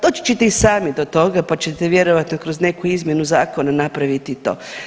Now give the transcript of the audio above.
Doći ćete i sami do toga pa ćete vjerojatno kroz neku izmjenu zakona napraviti i to.